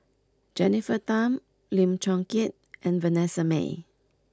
Jennifer Tham Lim Chong Keat and Vanessa Mae